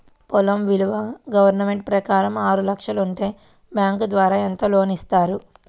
పొలం విలువ గవర్నమెంట్ ప్రకారం ఆరు లక్షలు ఉంటే బ్యాంకు ద్వారా ఎంత లోన్ ఇస్తారు?